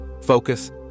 focus